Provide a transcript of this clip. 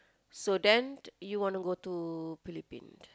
so then you want to go to Philippines